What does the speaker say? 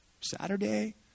Saturday